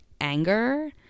anger